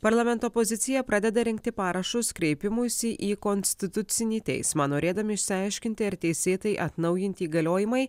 parlamento opozicija pradeda rinkti parašus kreipimuisi į konstitucinį teismą norėdami išsiaiškinti ar teisėtai atnaujinti įgaliojimai